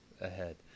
ahead